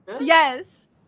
Yes